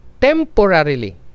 temporarily